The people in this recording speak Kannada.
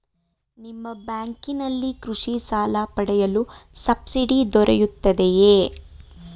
ನಿಮ್ಮ ಬ್ಯಾಂಕಿನಲ್ಲಿ ಕೃಷಿ ಸಾಲ ಪಡೆಯಲು ಸಬ್ಸಿಡಿ ದೊರೆಯುತ್ತದೆಯೇ?